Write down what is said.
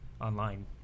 online